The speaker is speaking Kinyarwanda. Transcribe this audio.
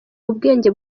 ubwenge